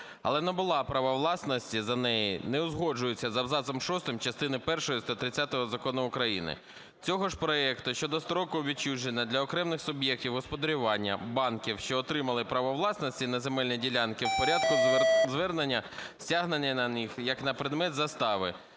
але набула права власності за неї не узгоджується з абзацом шостим частини першої 130-ї закону України. Цього ж проекту щодо строку відчуження для окремих суб'єктів господарювання, банків, що отримали право власності на земельні ділянки в порядку звернення стягнення на них як на предмет застави.